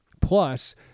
plus